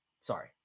sorry